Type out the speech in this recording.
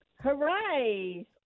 Hooray